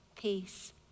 peace